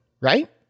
right